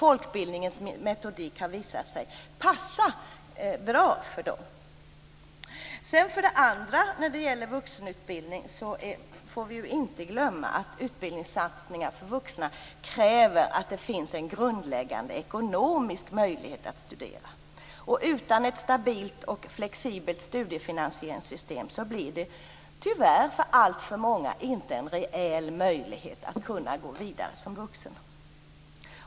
Folkbildningens metodik har visat sig passa bra för dem. Dessutom får vi inte glömma att utbildningssatsningar för vuxna kräver att det finns en grundläggande ekonomisk möjlighet att studera. Utan ett stabilt och flexibelt studiefinansieringssystem blir det tyvärr inte en reell möjlighet för alltför många att kunna gå vidare som vuxen.